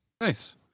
Nice